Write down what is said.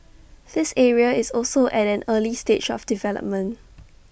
the area is also at an early stage of development